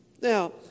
Now